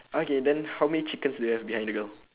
okay then how many chickens do you have behind the girl